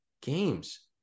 games